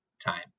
time